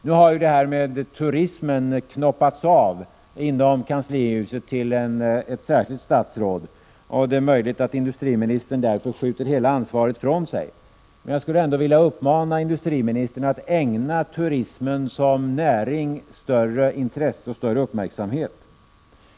Nu har frågorna om turism knoppats av till ett särskilt statsråd. Det är möjligt att industriministern därför skjuter hela ansvaret ifrån sig. Men jag skulle ändå vilja uppmana industriministern att ägna turismen som näring större intresse och större uppmärksamhet.